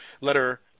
letter